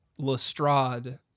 Lestrade